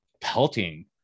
pelting